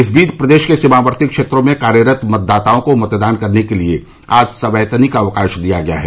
इस बीच प्रदेश के सीमावर्ती क्षेत्रों में कार्यरत मतदाताओं को मतदान करने के लिए आज संवैतनिक अवकाश दिया गया है